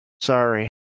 Sorry